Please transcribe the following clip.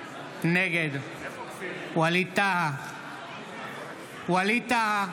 נגד ווליד טאהא,